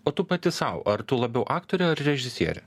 o tu pati sau ar tu labiau aktorė ar režisierė